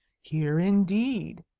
here indeed,